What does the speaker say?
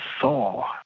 saw